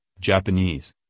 Japanese